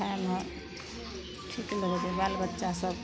खाइमे ठीक लगै छै बाल बच्चासभ